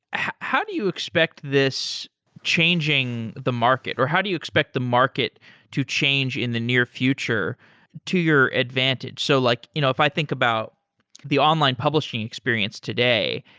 ah how do you expect this changing the market, or how do you expect the market to change in the near future to your advantage? so like you know if i think about the online publishing experience today,